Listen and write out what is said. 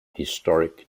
historic